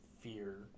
fear